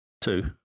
Two